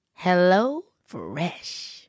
HelloFresh